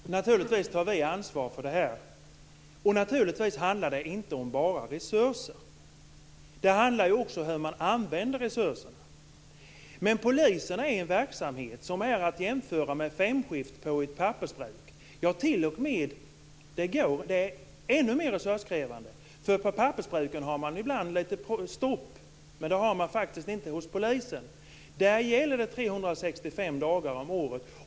Fru talman! Naturligtvis tar vi ansvar för det här. Självfallet handlar det dessutom inte bara om resurser. Det handlar också om hur man använder resurserna. Men polisverksamheten är att jämföra med femskiftsarbete på ett pappersbruk. Den är t.o.m. ännu mer resurskrävande, eftersom man på pappersbruken ibland har stopp, vilket polisen faktiskt inte har. Där gäller det 365 dagar om året.